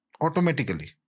Automatically